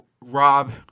Rob